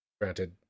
Granted